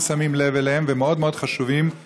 שמים לב אליהם והם מאוד מאוד חשובים לציבור.